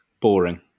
boring